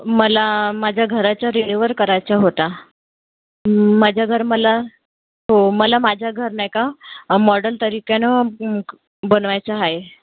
मला माझं घराचं रिनीवर करायचं होता माझं घर मला हो मला माझं घर नाही का मॉडल तरीक्यानं क बनवायचं आहे